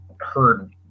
heard